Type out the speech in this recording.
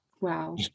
Wow